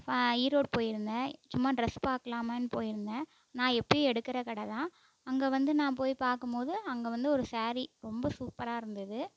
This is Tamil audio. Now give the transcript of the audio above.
ஈரோடு போயிருந்தேன் சும்மா டிரெஸ் பாக்கலாமேனு போயிருந்தேன் நான் எப்போயும் எடுக்கிற கடைதான் அங்கே வந்து நான் போய் பார்க்கும் போது அங்கே வந்து ஒரு சேரீ ரொம்ப சூப்பராக இருந்தது